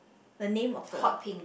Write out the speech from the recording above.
the name of the